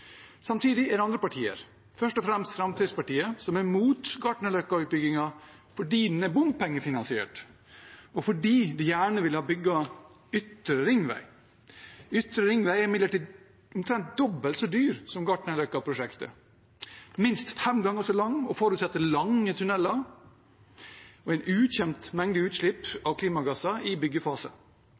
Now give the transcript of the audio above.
Samtidig er det andre partier, først og fremst Fremskrittspartiet, som er mot Gartnerløkka-utbyggingen fordi den er bompengefinansiert, og fordi de gjerne vil ha bygget Ytre ringvei. Ytre ringvei er imidlertid omtrent dobbelt så dyr som Gartnerløkka-prosjektet, minst fem ganger så lang og forutsetter lange tuneller og en ukjent mengde utslipp av klimagasser i byggefase.